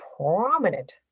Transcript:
prominent